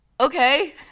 Okay